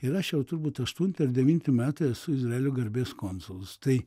ir aš jau turbūt aštunti ar devinti metai esu izraelio garbės konsulas tai